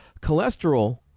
cholesterol